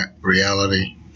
reality